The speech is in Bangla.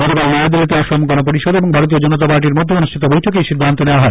গতকাল নয়াদিল্লিতে অসম গনপরিষদ ও ভারতীয় জনতা পার্টির মধ্যে অনুষ্ঠিত বৈঠকে এই সিদ্ধান্ত নেওয়া হয়